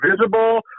visible